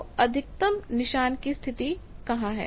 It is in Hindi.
तो अधिकतम निशान की स्थिति कहां है